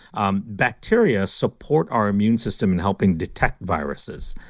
um bacteria support our immune system and helping detect viruses.